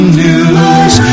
news